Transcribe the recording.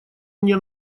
мне